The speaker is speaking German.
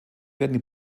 werden